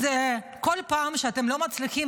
אז כל פעם שאתם לא מצליחים,